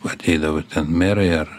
ateidavo ten merai ar